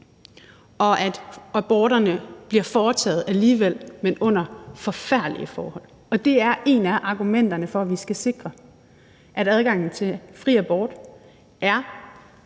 at aborterne bliver foretaget alligevel, men under forfærdelige forhold. Det er et af argumenterne for, at vi skal sikre, at adgangen til fri abort er